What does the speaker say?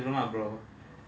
you know because